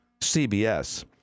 CBS